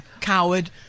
Coward